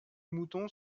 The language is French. mouton